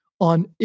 on